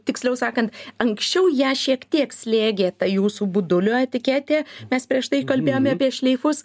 tiksliau sakan anksčiau ją šiek tiek slėgė ta jūsų budulio etiketė mes prieš tai kalbėjome apie šleifus